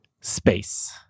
space